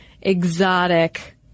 exotic